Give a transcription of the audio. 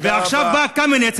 ועכשיו בא קמיניץ,